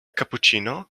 cappuccino